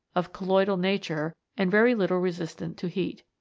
of colloidal nature, and very little resistent to heat.